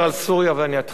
ד"ר טיבי.